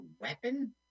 weapon